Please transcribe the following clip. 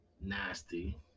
nasty